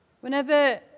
Whenever